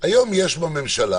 היום יש בממשלה